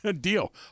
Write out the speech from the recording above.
Deal